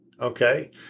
okay